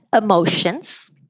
emotions